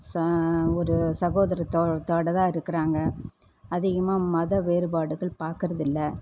சா ஒரு சகோதரத்தோதோட தான் இருக்குறாங்க அதிகமாக மத வேறுபாடுகள் பார்க்கறதில்ல